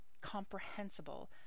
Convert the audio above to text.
comprehensible